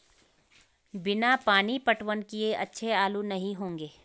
बिना पानी पटवन किए अच्छे आलू नही होंगे